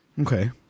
Okay